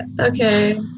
okay